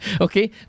Okay